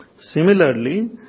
Similarly